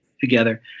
together